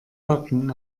backen